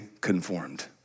conformed